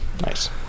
Nice